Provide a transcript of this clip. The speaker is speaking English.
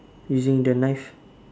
using the knife